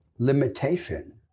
limitation